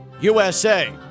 USA